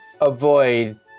avoid